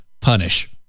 Punish